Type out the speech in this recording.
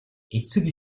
эцэг